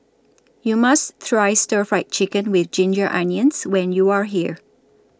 YOU must Try Stir Fry Chicken with Ginger Onions when YOU Are here